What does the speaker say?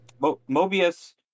Mobius